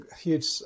huge